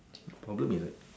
think problem is that